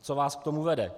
Co vás k tomu vede?